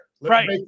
right